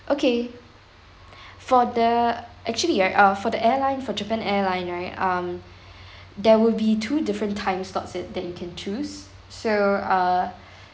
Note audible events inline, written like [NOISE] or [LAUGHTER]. okay for the actually right uh for the airline for japan airline right um [BREATH] there will be two different time slots it that you can choose so uh